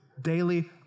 daily